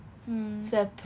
mm